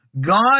God